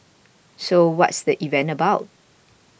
so what's the event about